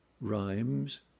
rhymes